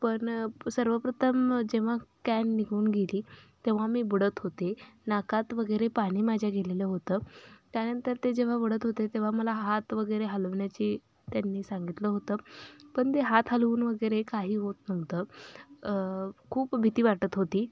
पण सर्वप्रथम जेव्हा कॅन निघून गेली तेव्हा मी बुडत होते नाकात वगैरे पाणी माझ्या गेलेलं होतं त्यानंतर ते जेव्हा ओढत होते तेव्हा मला हात वगैरे हलवण्याची त्यांनी सांगितलं होतं पण ते हात हलवून वगैरे काही होत नव्हतं खूप भीती वाटत होती